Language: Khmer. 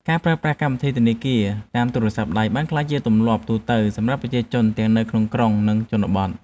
ការប្រើប្រាស់កម្មវិធីធនាគារតាមទូរស័ព្ទដៃបានក្លាយជាទម្លាប់ទូទៅសម្រាប់ប្រជាជនទាំងនៅក្នុងក្រុង និងជនបទ។